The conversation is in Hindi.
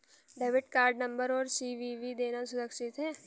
डेबिट कार्ड नंबर और सी.वी.वी देना सुरक्षित है?